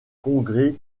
congrès